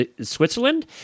Switzerland